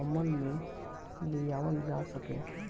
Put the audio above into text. अमल में लियावल जा सके